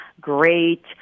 great